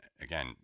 again